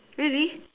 really